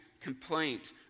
Complaint